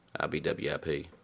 IBWIP